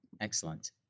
Excellent